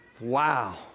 Wow